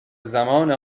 زمان